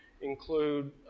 include